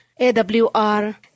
AWR